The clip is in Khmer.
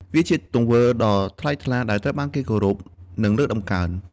វាជាទង្វើដ៏ថ្លៃថ្លា ដែលត្រូវបានគេគោរព និងលើកតម្កើង។